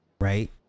Right